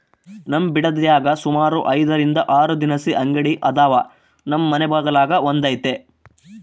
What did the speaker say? ನಮ್ ಬಿಡದ್ಯಾಗ ಸುಮಾರು ಐದರಿಂದ ಆರು ದಿನಸಿ ಅಂಗಡಿ ಅದಾವ, ನಮ್ ಮನೆ ಬಗಲಾಗ ಒಂದೈತೆ